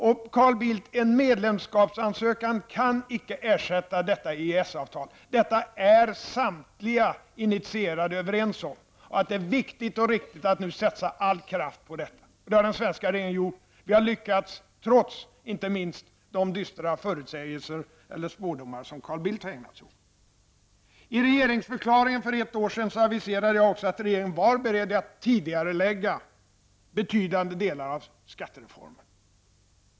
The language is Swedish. Och, Carl Bildt, en medlemskapsansökan kan inte ersätta detta EES avtal. Det är samtliga initierade överens om, och man är överens om att det är viktigt och riktigt att satsa all kraft på detta avtal. Det har den svenska regeringen gjort, och vi har lyckats trots de dystra spådomar som inte minst Carl Bildt har ägnat sig åt. I regeringsförklaringen för ett år sedan aviserade jag också att regeringen var beredd att tidigarelägga betydande delar av skattereformen.